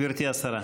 גברתי השרה.